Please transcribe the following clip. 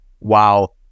Wow